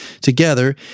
together